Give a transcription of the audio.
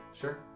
Sure